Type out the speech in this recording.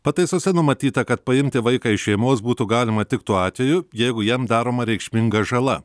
pataisose numatyta kad paimti vaiką iš šeimos būtų galima tik tuo atveju jeigu jam daroma reikšminga žala